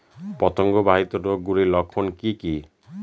পতঙ্গ বাহিত রোগ গুলির লক্ষণ কি কি?